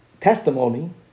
testimony